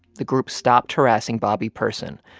the group stopped harassing bobby person.